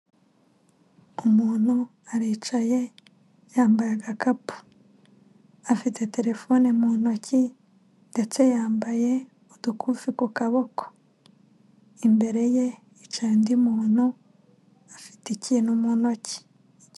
Umuntu aricaye yambaye agakapu. Afite terefone mu ntoki, ndetse yambaye udugufi ku kaboko. Imbere ye hicaye undi, muntu afite ikintu mu ntoki.